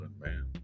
man